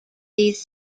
these